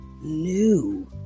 new